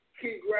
keep